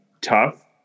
tough